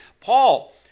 Paul